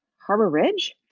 harbor ridge?